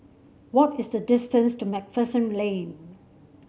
what is the distance to MacPherson Lane